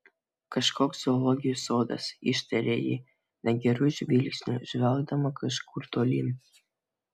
kažkoks zoologijos sodas ištarė ji negeru žvilgsniu žvelgdama kažkur tolyn